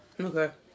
Okay